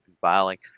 filing